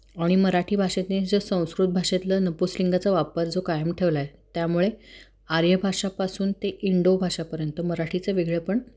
आणि मराठी भाषेनी जो संस्कृत भाषेतला नपुंसकलिंगाचा वापर जो कायम ठेवला आहे त्यामुळे आर्य भाषापासून ते इंडो भाषापर्यंत मराठीचं वेगळेपण